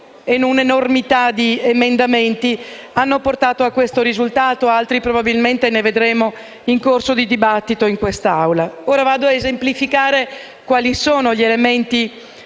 un’enormità di emendamenti hanno portato a questo risultato, e altri probabilmente ne vedremo nel corso del dibattito in quest’Aula. Passo ad identificare gli elementi